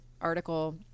article